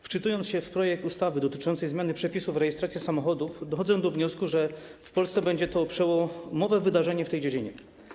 Wczytując się w projekt ustawy dotyczącej zmiany przepisów, jeśli chodzi o rejestrację samochodów, dochodzę do wniosku, że w Polsce będzie to przełomowe wydarzenie w tej dziedzinie.